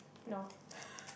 no